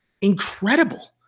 incredible